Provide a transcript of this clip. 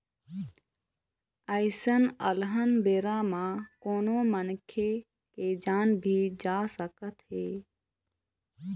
अइसन अलहन बेरा म कोनो मनखे के जान भी जा सकत हे